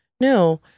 No